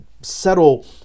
settle